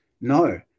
No